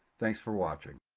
thanks for watching.